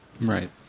Right